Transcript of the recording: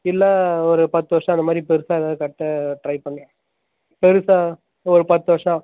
இல்லை ஒரு பத்து வருஷம் அந்தமாதிரி பெருசாக ஏதாவது கட்ட ட்ரை பண்ணி பெருசாக ஒரு பத்து வருஷம்